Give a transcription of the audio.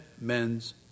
men's